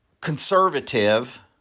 conservative